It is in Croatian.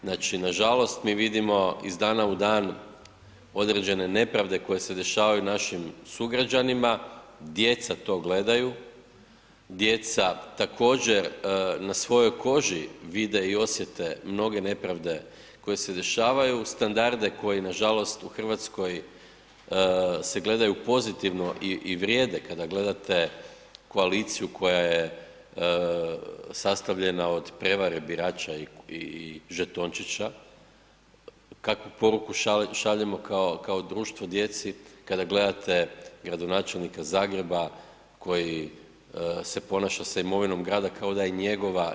Znači nažalost mi vidimo iz dana u dan određene nepravde koje se dešavaju našim sugrađanima, djeca to gledaju, djeca također, na svojoj koži vide i osjete mnoge nepravde koje se dešavaju, standarde koji nažalost u Hrvatskoj se gledaju pozitivno i vrijede kada gledate koaliciju koja je sastavljena o prevare birača i žetončića, kakvu poruku šaljemo kao društvo djeci kada gledate gradonačelnika Zagreba koji se ponaša sa imovinom grada kao da je njegova?